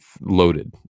loaded